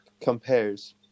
compares